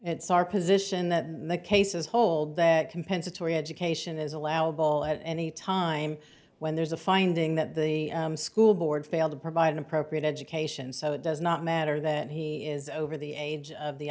it's our position that the cases hold that compensatory education is allowable at any time when there's a finding that the school board failed to provide an appropriate education so it does not matter that he is over the age of the